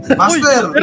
master